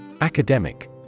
Academic